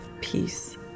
peace